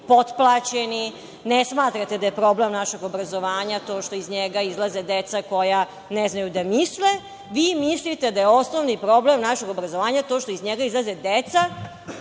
potplaćeni, ne smatrate da je problem našeg obrazovanja to što iz njega izlaze deca koja ne znaju da misle, vi mislite da je osnovni problem našeg obrazovanja to što iz njega izlaze deca